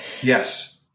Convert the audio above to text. Yes